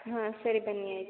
ಹಾಂ ಸರಿ ಬನ್ನಿ ಆಯಿತು